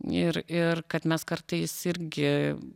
ir ir kad mes kartais irgi